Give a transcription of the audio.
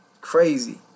Crazy